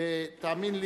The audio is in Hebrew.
תאמין לי,